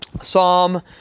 Psalm